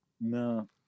No